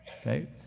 Okay